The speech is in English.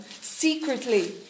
secretly